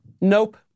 nope